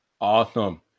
Awesome